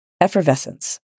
Effervescence